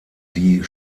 die